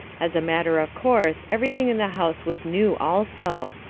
as a matter of course everything in the house was new also.